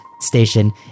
station